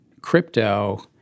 crypto